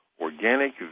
organic